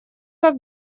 как